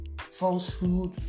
falsehood